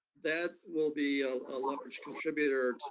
that will be a ah large contributor,